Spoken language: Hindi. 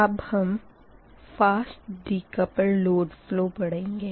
अब हम फ़ास्ट डिकपलड लोड फ़लो पढ़ेंगे